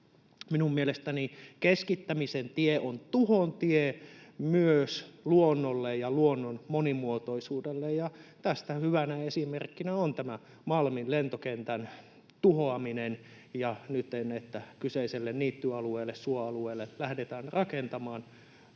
Minun mielestäni keskittämisen tie on tuhon tie myös luonnolle ja luonnon monimuotoisuudelle, ja tästä hyvänä esimerkkinä on tämä Malmin lentokentän tuhoaminen ja se, että nytten kyseiselle niittyalueelle, suoalueelle, lähdetään rakentamaan